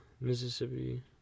Mississippi